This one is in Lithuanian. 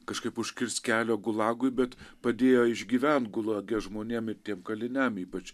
kažkaip užkirst kelio gulagui bet padėjo išgyvent gulage žmonėm ir tiem kaliniam ypač